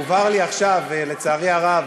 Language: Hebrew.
הובהר לי עכשיו, לצערי הרב,